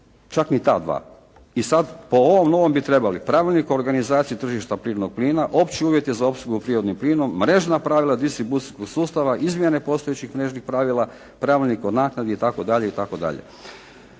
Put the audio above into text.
čak ni ta dva. I sada po ovom novom bi trebali pravilnik o organizaciji tržišta prirodnog plina, opći uvjeti za opskrbu prirodnim plinom, mrežna pravila distribucijskog sustava, izmjene postojećih … /Ne razumije se./ … pravila, pravilnik o naknadi itd.